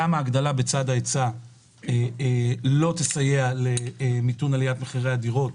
גם הגדלה בצד ההיצע לא תסייע למיתון עליית מחירי הדירות,